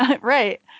Right